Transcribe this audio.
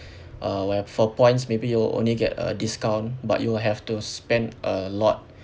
uh where for points maybe you'll only get a discount but you will have to spend a lot